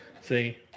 see